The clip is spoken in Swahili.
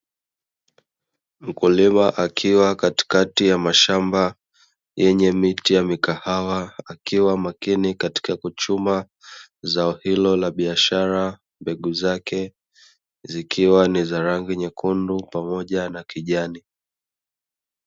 Mkulima akiwa katikati ya mashamba yenye miti ya mikahawa, akiwa makini katika kuchuma, zao hilo la biashara mbegu zake, zikiwa ni za rangi nyekundu pamoja na kijani.